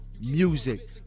music